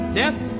death